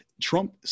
Trump